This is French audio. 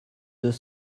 deux